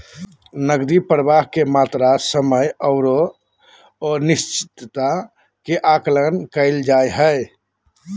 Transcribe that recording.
नकदी प्रवाह के मात्रा, समय औरो अनिश्चितता के आकलन कइल जा हइ